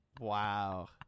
Wow